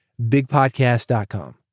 bigpodcast.com